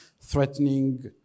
threatening